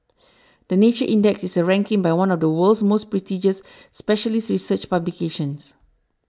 the Nature Index is a ranking by one of the world's most prestigious specialist research publications